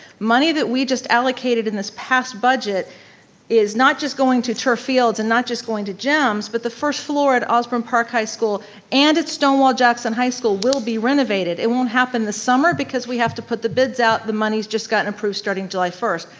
money that we just allocated in this past budget is not just going to turf fields and not just going to gyms but the first floor at osbourn park high school and at stonewall jackson high school will be renovated. it won't happen the summer because we have to put the bids out and the money's just gotten approved starting july first.